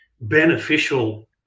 beneficial